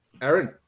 Aaron